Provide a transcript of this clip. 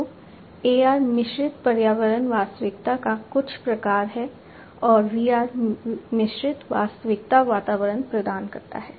तो AR मिश्रित पर्यावरण वास्तविकता का कुछ प्रकार है VR मिश्रित वास्तविकता वातावरण प्रदान करता है